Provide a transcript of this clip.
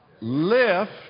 Lift